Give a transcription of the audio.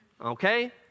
Okay